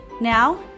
Now